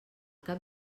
cap